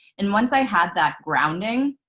and once i had that grounding,